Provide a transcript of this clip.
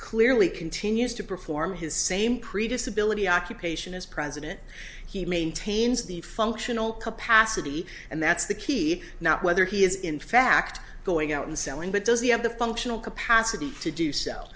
clearly continues to perform his same previous ability occupation as president he maintains the functional capacity and that's the key not whether he is in fact going out and selling but does he have the functional capacity to do so